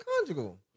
conjugal